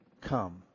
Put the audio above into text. come